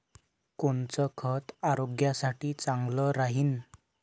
कोनचं खत आरोग्यासाठी चांगलं राहीन?